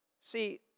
See